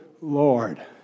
Lord